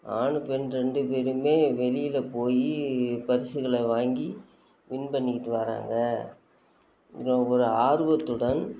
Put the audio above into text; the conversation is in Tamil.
ஆணு பெண் ரெண்டு பேருமே வெளியில் போய் பரிசுகளை வாங்கி வின் பண்ணிகிட்டு வராங்க இதை ஒரு ஆர்வத்துடன்